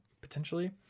potentially